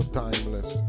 timeless